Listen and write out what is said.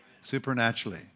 Supernaturally